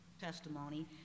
testimony